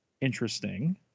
Interesting